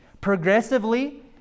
progressively